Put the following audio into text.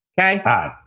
Okay